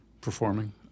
performing